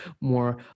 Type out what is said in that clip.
more